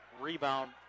Rebound